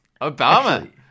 Obama